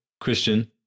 Christian